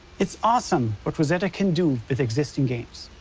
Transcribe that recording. it's awesome what rosetta can do with existing games.